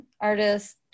artist